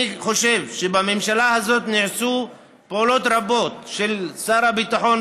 אני חושב שבממשלה הזו נעשו פעולות רבות של שר הביטחון,